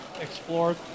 explore